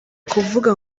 kuvuga